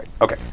Okay